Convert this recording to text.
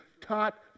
taught